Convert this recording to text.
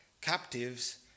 captives